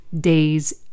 days